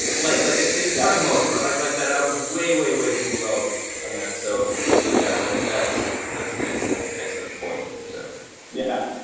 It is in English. like like ah for the most part. like like that i was way, way, way too low on that. so so i think that's that's an excellent excellent point. so yeah.